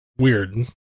weird